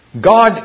God